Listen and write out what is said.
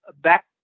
back